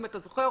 אם אתה זוכר,